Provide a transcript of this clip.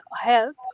health